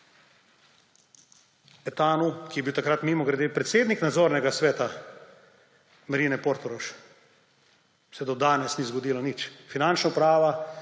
Petanu, ki je bil takrat, mimogrede, predsednik nadzornega sveta Marine Portorož, se do danes ni zgodilo nič. Finančna uprava